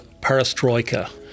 perestroika